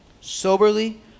soberly